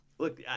Look